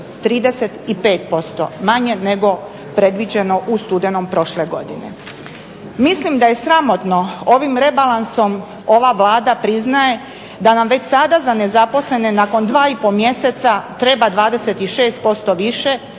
35% manje nego predviđeno u studenom prošle godine. Mislim da je sramotno ovim rebalansom ova Vlada priznanje da nam već sada za nezaposlene nakon dva i pol mjeseca treba 26% više